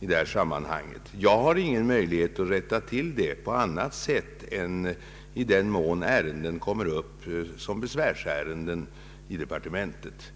i detta sammanhang. Jag har ingen möjlighet att rätta till detta på annat sätt än i den mån ärenden kommer upp såsom besvärsärenden i departementet.